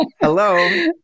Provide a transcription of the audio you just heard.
Hello